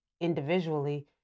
individually